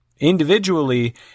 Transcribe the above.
Individually